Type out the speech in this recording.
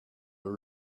were